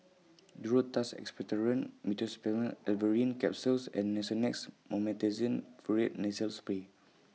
Duro Tuss Expectorant Meteospasmyl Alverine Capsules and Nasonex Mometasone Furoate Nasal Spray